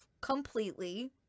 completely